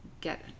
get